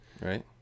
Right